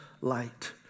light